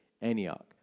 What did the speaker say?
Antioch